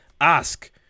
Ask